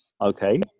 Okay